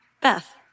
Beth